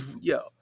Yo